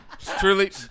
Truly